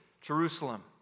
Jerusalem